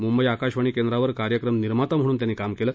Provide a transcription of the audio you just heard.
मुंबई आकाशवाणी केंद्रावर कार्यक्रम निर्माता म्हणून त्यांनी काम केलं